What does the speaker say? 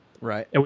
Right